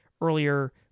earlier